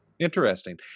Interesting